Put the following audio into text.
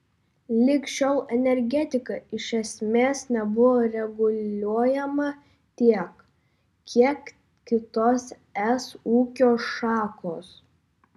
lig šiol energetika iš esmės nebuvo reguliuojama tiek kiek kitos es ūkio šakos